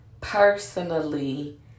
personally